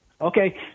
Okay